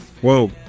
Whoa